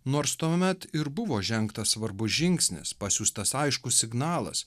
nors tuomet ir buvo žengtas svarbus žingsnis pasiųstas aiškus signalas